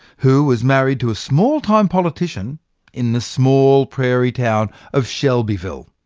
who was married to a small-time politician in the small prairie town of shelbyville,